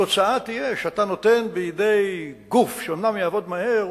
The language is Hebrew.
התוצאה תהיה שאתה נותן בידי גוף שאומנם יעבוד מהר,